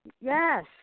Yes